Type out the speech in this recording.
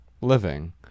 living